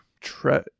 Tre